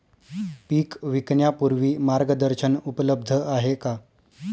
पीक विकण्यापूर्वी मार्गदर्शन उपलब्ध आहे का?